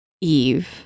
Eve